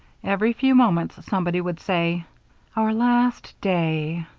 every few moments somebody would say our last day,